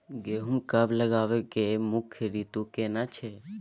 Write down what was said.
गेहूं कब लगाबै के मुख्य रीतु केना छै?